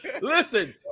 Listen